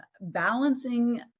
balancing